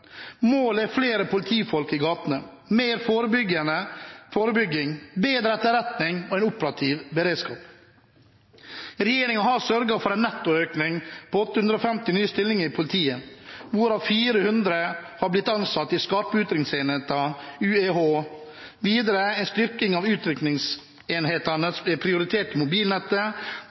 Målet er flere politifolk i gatene, mer forebygging, bedre etterretning og en operativ beredskap. Regjeringen har sørget for en nettoøkning på 850 nye stillinger i politiet, hvorav 400 har blitt ansatt i skarp utrykningsenhet, UEH, videre en styrking av utrykningsenhetene som er prioritert i mobilnettet,